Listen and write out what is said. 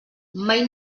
mai